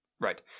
Right